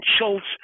Schultz